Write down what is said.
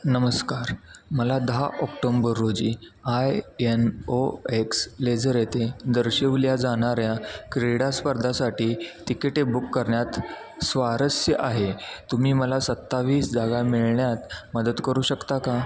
नमस्कार मला दहा ऑक्टोंबर रोजी I N O X leisure येथे दर्शविल्या जाणाऱ्या क्रीडा स्पर्धासाठी तिकिटे बुक करण्यात स्वारस्य आहे तुम्ही मला सत्तावीस जागा मिळण्यात मदत करू शकता का